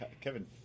Kevin